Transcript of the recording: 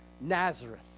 Nazareth